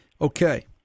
Okay